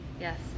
Yes